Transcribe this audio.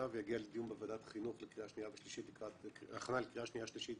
ויגיע לדיון בוועדת החינוך להכנה לקריאה שנייה שלישית